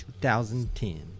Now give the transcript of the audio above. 2010